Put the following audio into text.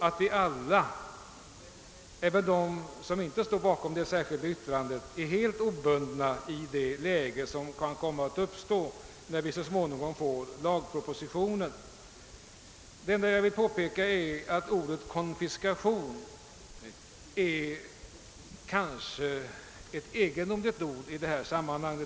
Vi är alla, även de som står bakom det särskilda yttrandet, helt obundna i det läge som kan komma att uppstå när vi så småningom får lagpropositionen. Det enda jag vill påpeka är att ordet »konfiskation« kanske är egendomligt i detta sammanhang.